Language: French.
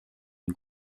une